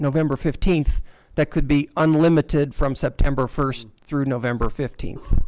november fifteenth that could be unlimited from september first through november fifteenth